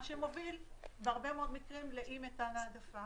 מה שמוביל בהרבה מאוד מקרים לאי מתן ההעדפה.